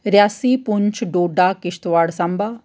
रेयासी पुछं डोडा किश्तबाड़ साम्बा